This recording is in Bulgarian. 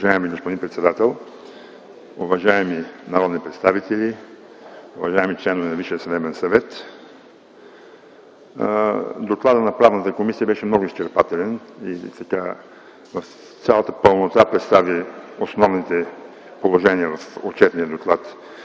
Уважаеми господин председател, уважаеми народни представители, уважаеми членове на Висшия съдебен съвет! Докладът на Правната комисия беше много изчерпателен и в цялата пълнота представи основните положения в отчетния доклад